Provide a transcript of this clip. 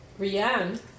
Rianne